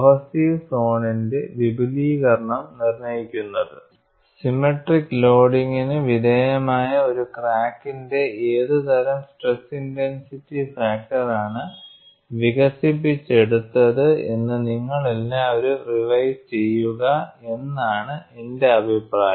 അതിനാൽ ഞാൻ അഭിനന്ദിക്കുന്നത്നിങ്ങൾ തിരികെ പോയി റിവൈസ് ചെയ്യുക ഞങ്ങൾ സ്ട്രെസ് ഇന്റർസിറ്റി ഫാക്ടർ സിമെട്രിക് ലോഡിങ്ങിനു വിധേയമായ ഒരു ക്രാക്കിന്റെ ഏതു തരാം സ്ട്രെസ് ഇൻടെൻസിറ്റി ഫാക്ടർ ആണ് വികസിപ്പിച്ചെടുത്തത് നിങ്ങൾ എല്ലാവരും റിവൈസ് ചെയ്യുക എന്നാണു എൻ്റെ അഭിപ്രായം